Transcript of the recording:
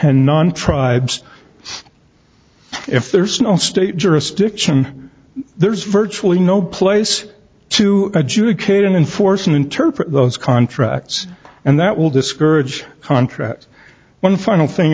and non tribes if there's no state jurisdiction there's virtually no place to adjudicate and enforce and interpret those contracts and that will discourage contracts one final thing